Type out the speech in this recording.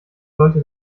sollte